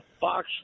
Fox